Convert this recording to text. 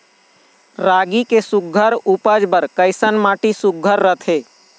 रागी के सुघ्घर उपज बर कैसन माटी सुघ्घर रथे?